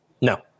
No